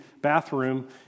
bathroom